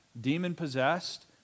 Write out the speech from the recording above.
demon-possessed